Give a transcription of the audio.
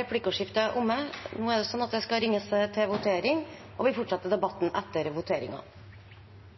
Replikkordskiftet er omme. Vi avbryter debatten i sak nr. 9 for å gå til votering. Vi fortsetter debatten etter